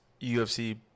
UFC